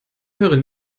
höre